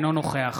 אינו נוכח